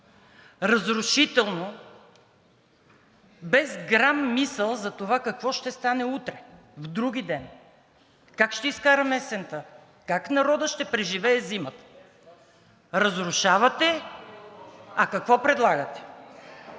Разрушително, без грам мисъл за това какво ще стане утре, вдругиден, как ще изкараме есента, как народът ще преживее зимата. Разрушавате, а какво предлагате?